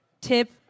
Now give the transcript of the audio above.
tip